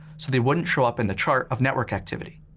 so they wouldn't show up in the chart of network activity.